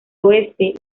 oeste